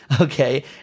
Okay